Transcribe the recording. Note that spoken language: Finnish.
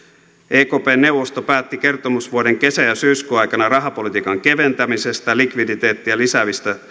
ekpn neuvosto päätti kertomusvuoden kesä ja syyskuun aikana rahapolitiikan keventämisestä likviditeettiä lisäävistä